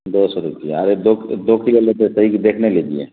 دو سو روپیہ ارے دو دو کلو لیتے ہیں صحیح سے دیکھ نا لیجیے